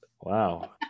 Wow